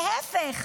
להפך,